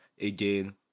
again